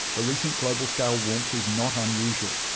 the recent global-scale warmth is not unusual.